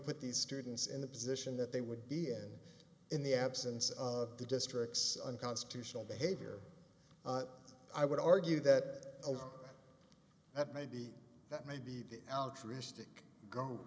put these students in the position that they would be here in the absence of the district's unconstitutional behavior i would argue that that maybe that maybe the